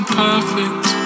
perfect